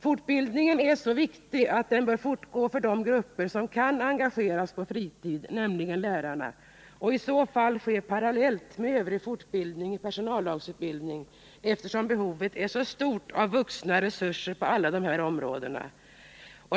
Fortbildningen är så viktig att den bör fortgå för de grupper som kan engageras på fritid, nämligen lärarna, och bör i så fall ske parallellt med övrig fortbildning i personallagsutbildningen, eftersom behovet är så stort av vuxna ledare på alla dessa områden.